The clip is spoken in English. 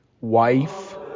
wife